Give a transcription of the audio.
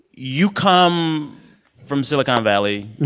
you come from silicon valley.